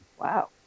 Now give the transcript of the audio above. Wow